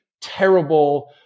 terrible